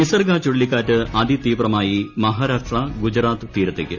നിസർഗ ചുഴലിക്കാറ്റ് അത്തീതീവ്രമായി മഹാരാഷ്ട്ര ഗുജറാത്ത് തീരത്തേക്ക്